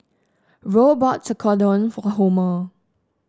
Roe bought Tekkadon for Homer